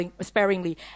sparingly